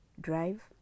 drive